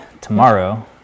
Tomorrow